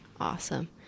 awesome